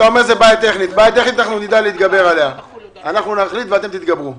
אתה אומר שזה בעיה טכנית אנחנו נחליט ואתם תתגברו.